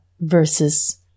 versus